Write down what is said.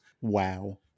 Wow